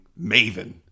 maven